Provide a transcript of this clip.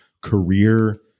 career